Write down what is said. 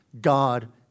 God